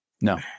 no